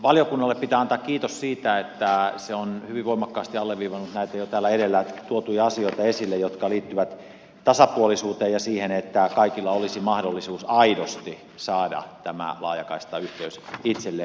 valiokunnalle pitää antaa kiitos siitä että se on hyvin voimakkaasti alleviivannut näitä jo täällä edellä esille tuotuja asioita jotka liittyvät tasapuolisuuteen ja siihen että kaikilla olisi mahdollisuus aidosti saada tämä laajakaistayhteys itselleen